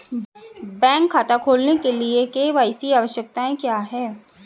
Bank खाता खोलने के लिए के.वाई.सी आवश्यकताएं क्या हैं?